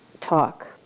talk